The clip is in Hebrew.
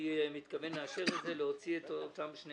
אני מתכוון לאשר את זה, להוציא את אותם שני